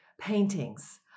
paintings